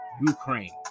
Ukraine